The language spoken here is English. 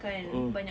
mm